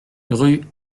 rue